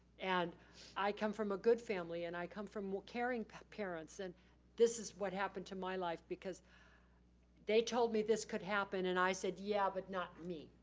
and i come from a good family and i come from more caring parents and this is what happened to my life because they told me this could happen and i said, yeah but not me.